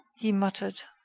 he muttered.